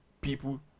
people